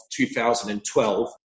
2012